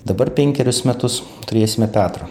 dabar penkerius metus turėsime petrą